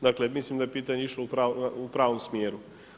Dakle mislim da je pitanje išlo u pravom smjeru.